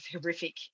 horrific